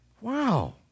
Wow